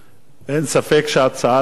אין ספק שהצעת החוק